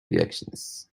reactions